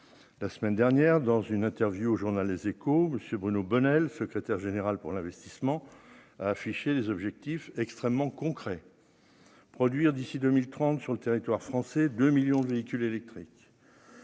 la semaine dernière dans une interview au journal Les Échos, monsieur Bruno Bonnell, secrétaire général pour l'investissement à afficher des objectifs extrêmement concret produire d'ici 2030, sur le territoire français, 2 millions de véhicules électriques